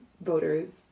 voters